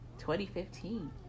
2015